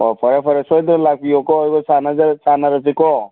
ꯑꯣ ꯐꯔꯦ ꯐꯔꯦ ꯁꯣꯏꯗꯅ ꯂꯥꯛꯄꯤꯌꯣꯀꯣ ꯑꯗꯨꯒ ꯁꯥꯟꯅꯔꯁꯤꯀꯣ